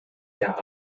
der